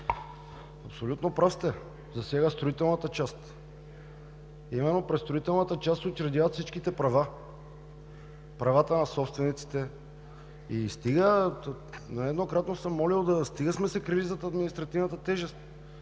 абсолютно прав сте – засега строителната част, именно през строителната част учредяват всичките права, правата на собствениците. Нееднократно съм молил – стига сме се крили зад административната тежест.